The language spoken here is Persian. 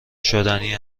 شدنی